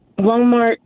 Walmart